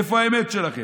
איפה האמת שלכם?